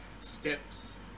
steps